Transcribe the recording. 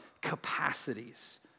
capacities